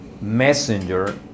messenger